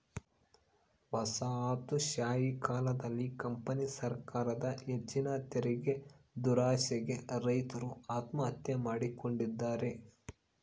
ವಸಾಹತುಶಾಹಿ ಕಾಲದಲ್ಲಿ ಕಂಪನಿ ಸರಕಾರದ ಹೆಚ್ಚಿನ ತೆರಿಗೆದುರಾಸೆಗೆ ರೈತರು ಆತ್ಮಹತ್ಯೆ ಮಾಡಿಕೊಂಡಿದ್ದಾರೆ